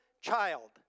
child